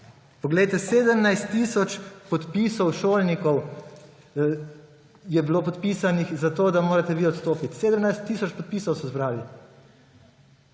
Poglejte, 17 tisoč podpisov šolnikov je bilo podpisanih pod to, da morate vi odstopiti. 17 tisoč podpisov so zbrali.